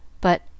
But